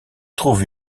trouve